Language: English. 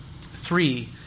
Three